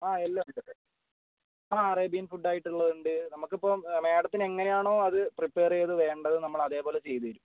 ആ എല്ലാം ഉണ്ട് ആ അറേബ്യൻ ഫുഡ് ആയിട്ടുള്ളതുണ്ട് നമുക്കിപ്പോൾ മാഡത്തിനെങ്ങനെ ആണോ അത് പ്രീപ്പയര് ചെയ്ത് വേണ്ടത് നമ്മൾ അതുപോലെ ചെയ്ത് തരും